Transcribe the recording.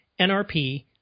NRP